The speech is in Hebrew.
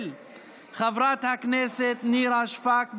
של חברת הכנסת נירה שפק,